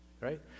right